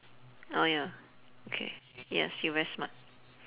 oh ya okay yes you very smart